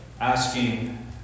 asking